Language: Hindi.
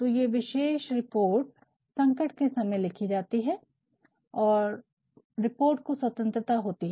तो ये विशेष रिपोर्ट संकट के समय लिखी जाती है और रिपोर्ट को स्वतंत्रता होती है